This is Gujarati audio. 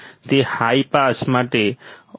તે હાઈ પાસ માટે ઓપોઝિટ કન્ફિગ્યુરેશનમાં છે